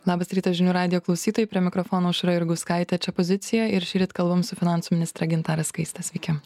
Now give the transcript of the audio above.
labas rytas žinių radijo klausytojai prie mikrofono aušra jurgauskaitė čia pozicija ir šįryt kalbam su finansų ministre gintare skaiste sveiki